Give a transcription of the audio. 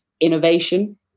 innovation